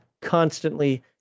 constantly